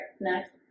next